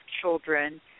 children